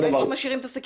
אם משאירים שם את השקיות,